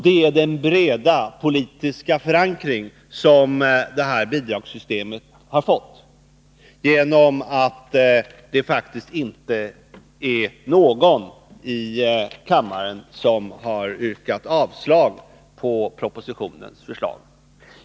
Det är den breda politiska förankring som detta bidragssystem har fått genom att det faktiskt inte är någon i kammaren som har yrkat avslag på propositionens förslag.